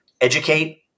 Educate